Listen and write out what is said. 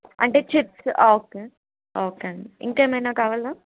అంటే chips okay okay అండి ఇంకేమైనా కావాలా